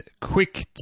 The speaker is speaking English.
quick